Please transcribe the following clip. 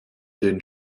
den